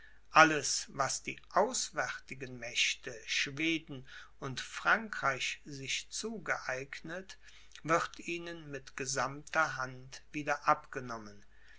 alles was die auswärtigen mächte schweden und frankreich sich zugeeignet wird ihnen mit gesammter hand wieder